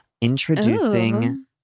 Introducing